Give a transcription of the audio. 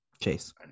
Chase